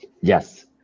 yes